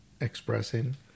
expressing